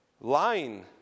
Lying